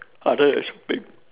other aspect